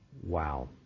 Wow